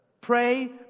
Pray